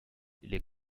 les